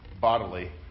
bodily